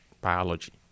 biology